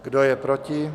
Kdo je proti?